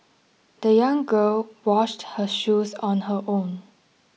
the young girl washed her shoes on her own